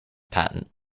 patent